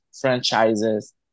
franchises